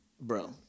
Bro